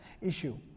issue